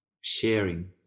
sharing